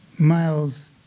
Miles